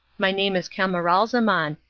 my name is camaralzaman,